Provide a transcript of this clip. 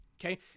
Okay